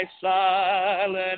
Silent